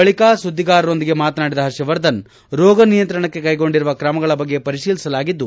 ಬಳಿಕ ಸುದ್ದಿಗಾರರೊಂದಿಗೆ ಮಾತನಾಡಿದ ಹರ್ಷವರ್ಧನ್ ರೋಗ ನಿಯಂತ್ರಣಕ್ಕೆ ಕ್ಲೆಗೊಂಡಿರುವ ಕ್ರಮಗಳ ಬಗ್ಗೆ ಪರಿಶೀಲಿಸಲಾಗಿದ್ದು